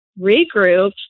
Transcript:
regroup